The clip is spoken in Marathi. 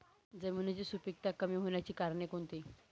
जमिनीची सुपिकता कमी होण्याची कारणे कोणती?